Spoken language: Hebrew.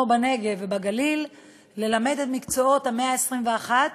הנגב והגליל ללמד את מקצועות המאה ה-21,